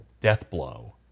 Deathblow